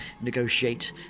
negotiate